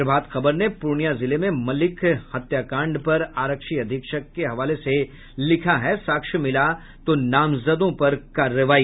प्रभात खबर ने पूर्णिया जिले में मल्लिक हत्याकांड पर आरक्षी अधीक्षक के हवाले से लिखा है साक्ष्य मिला तो नामजदों पर कार्रवाई